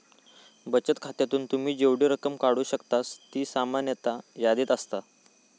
बचत खात्यातून तुम्ही जेवढी रक्कम काढू शकतास ती सामान्यतः यादीत असता